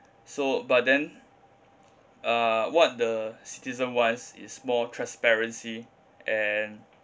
so but then uh what the citizen wants is more transparency and